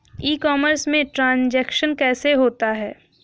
ई commerce में ट्रांजैक्शन कैसे होता है?